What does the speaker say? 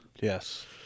Yes